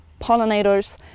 pollinators